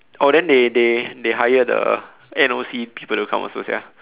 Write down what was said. oh then they they they hire the N_O_C people to come also sia